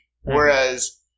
Whereas